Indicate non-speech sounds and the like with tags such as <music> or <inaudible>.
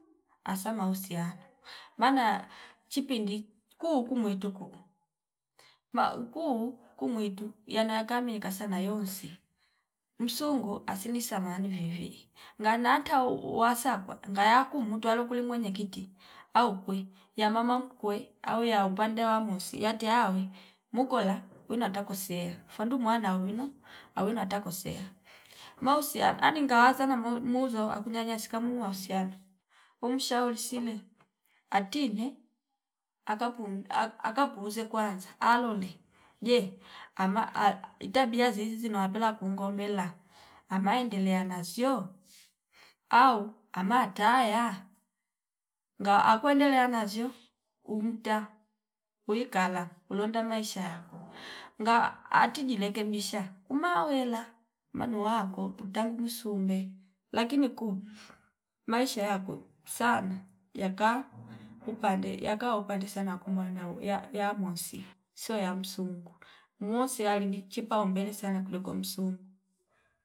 Asa mahusiano manaya chipindi kuuku mwituku maa ukuu kumwitu yanoyaka minikasa nayonsi msungu asinisa mani vwivwi nganata uwasakwa ngaya kumutwa aluku kule mwenyekiti aukwi ya mama mkwe au ya upande wa mosi yate awe mukola wina takosiela fandu mwana wino awina takoseya mahusia ani ngawaza zana muu- muumuzwa akunyanyasika mu mahusiano umshauri silem atile akapu ak- ak- akapuuze kwanza alole je ama <hesitation> itbabia ziizi zinowapela kungombela ama endela nasio au amataya ngaa akuendelea nazio umta wiikala ulonda maisha yako ngaa atiji rekebisha kuma wela manu wako utangdu sume lakini kuu maisha yako sana yaka kupande yaka upande sana kumwana we ya- yamwosi sio yamsungu muosi alini chipaumbele sana kuliko msungo